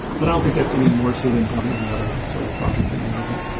but i don't think that's any more so than probably any other sort of project that uses it.